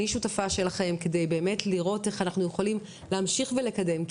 אני שותפה שלכם כדי באמת לראות איך אנחנו יכולים להמשיך ולקדם.